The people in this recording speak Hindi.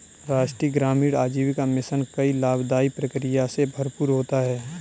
राष्ट्रीय ग्रामीण आजीविका मिशन कई लाभदाई प्रक्रिया से भरपूर होता है